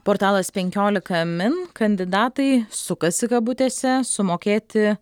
portalas penkiolika min kandidatai sukasi kabutėse sumokėti